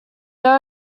there